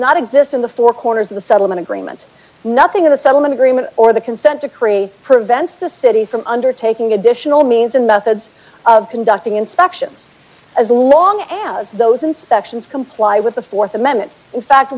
not exist in the four corners of the settlement agreement nothing of a settlement agreement or the consent decree prevents the city from undertaking additional means and methods of conducting inspections as long as those inspections comply with the th amendment in fact